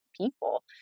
people